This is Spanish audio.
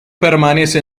permanece